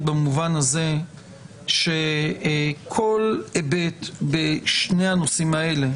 במובן הזה שכל היבט בשני הנושאים האלה,